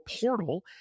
portal